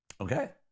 Okay